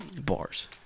bars